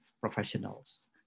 professionals